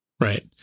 Right